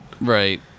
Right